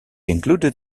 included